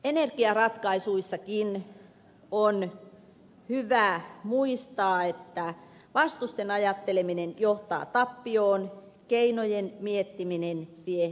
energiaratkaisuissakin on hyvä muistaa että vastusten ajatteleminen johtaa tappioon keinojen miettiminen vie menestykseen